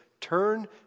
turn